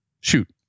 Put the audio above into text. shoot